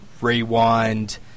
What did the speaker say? rewind